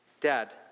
Dad